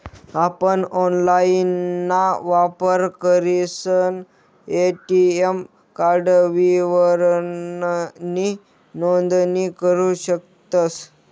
आपण ऑनलाइनना वापर करीसन ए.टी.एम कार्ड विवरणनी नोंदणी करू शकतस